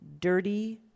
dirty